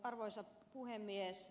arvoisa puhemies